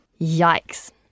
Yikes